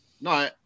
No